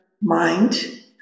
mind